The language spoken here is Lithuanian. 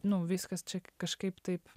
nu viskas čia kažkaip taip